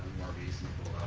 more reasonable